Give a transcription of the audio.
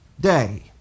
day